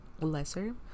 lesser